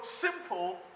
simple